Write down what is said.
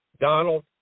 Donald